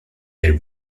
air